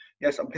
Yes